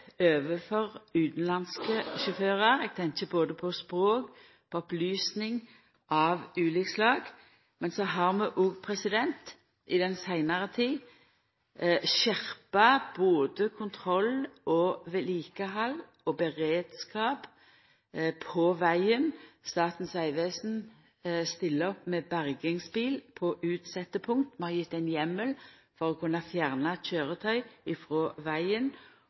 overfor utanlandske sjåførar – eg tenkjer både på språk og på opplysing av ulike slag, men så har vi i den seinare tida skjerpa både kontroll, vedlikehald og beredskap på vegen. Statens vegvesen stiller med bergingsbil på utsette punkt, vi har gjeve ein heimel for å kunna fjerna køyretøy frå vegen,